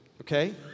okay